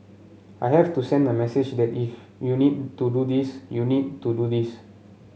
I have to send the message that if you need to do this you need to do this